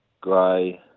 grey